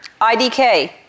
IDK